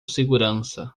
segurança